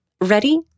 Ready